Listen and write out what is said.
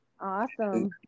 Awesome